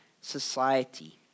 society